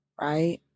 right